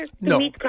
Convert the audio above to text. no